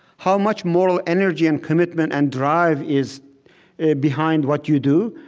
how much moral energy and commitment and drive is behind what you do,